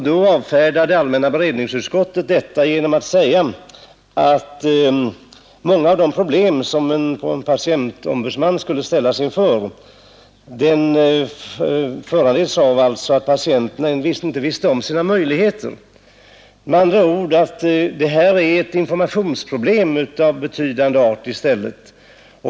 Då avfärdade allmänna beredningsutskottet förslaget genom att säga, att många av de problem som en patientombudsman skulle ställas inför torde föranledas av att patienten inte vet om sina möjligheter. Det gäller alltså i stället ett informationsproblem av betydande art.